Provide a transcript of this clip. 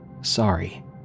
sorry